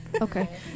Okay